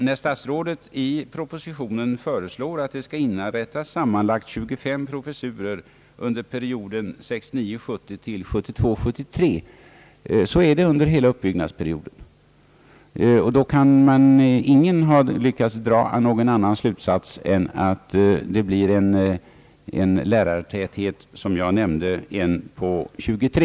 När statsrådet i propositionen föreslår att det skall inrättas sammanlagt 25 professurer under perioden från 1969 73 avses hela uppbyggnadsperioden. Ingen har lyckats dra någon annan slutsats än att det blir en lärartäthet, såsom jag nämnde, av 1 på 23.